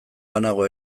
banago